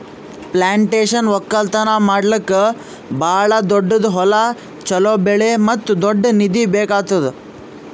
plantation ಒಕ್ಕಲ್ತನ ಮಾಡ್ಲುಕ್ ಭಾಳ ದೊಡ್ಡುದ್ ಹೊಲ, ಚೋಲೋ ಬೆಳೆ ಮತ್ತ ದೊಡ್ಡ ನಿಧಿ ಬೇಕ್ ಆತ್ತುದ್